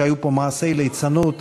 אני ציוני וחקלאי גאה.